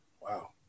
Wow